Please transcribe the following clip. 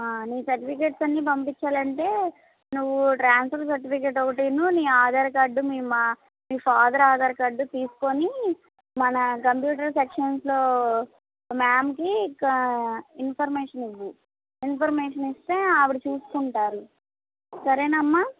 నీ సర్టిఫికేట్స్ అన్నీ పంపించాలంటే నువ్వు ట్రాన్స్ఫర్ సర్టిఫికేట్ ఒకటీ నీ ఆధార్ కార్డు మీ మా మీ ఫాదర్ ఆధార్ కార్డు తీసుకుని మన కంప్యూటర్ సెక్షన్స్లో మ్యామ్కి క ఇన్ఫర్మేషన్ ఇవ్వు ఇన్ఫర్మేషన్ ఇస్తే ఆవిడ చూసుకుంటారు సరేనా అమ్మా